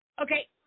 okay